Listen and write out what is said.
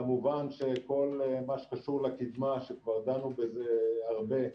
כמובן שכל מה שקשור לקידמה, וכבר דנו בזה הרבה,